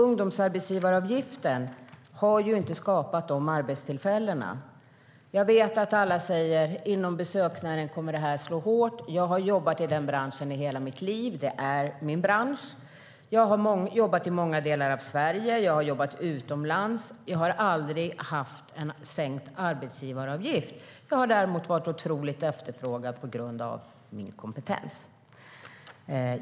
Ungdomsarbetsgivaravgiften har inte skapat dessa arbetstillfällen. Jag vet att alla säger att ett borttagande av ungdomsarbetsgivaravgiften kommer att slå hårt mot besöksnäringen. Jag har jobbat i den branschen i hela mitt liv, och det är min bransch. Jag har jobbat i många delar av Sverige och utomlands. Men jag har aldrig haft någon sänkt arbetsgivaravgift för mig. Däremot har jag varit otroligt efterfrågad på grund av min kompetens.